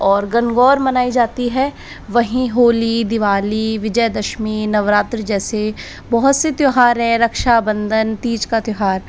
और गंगौर मनाई जाती है वहीं होली दिवाली विजयदशमी नवरात्रि जैसे बहुत से त्यौहार हैं रक्षाबंधन तीज का त्यौहार